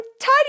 tidy